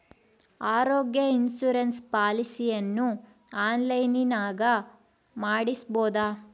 ಆರೋಗ್ಯ ಇನ್ಸುರೆನ್ಸ್ ಪಾಲಿಸಿಯನ್ನು ಆನ್ಲೈನಿನಾಗ ಮಾಡಿಸ್ಬೋದ?